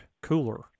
cooler